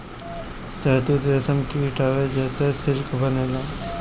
शहतूत रेशम कीट हवे जेसे सिल्क बनेला